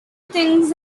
things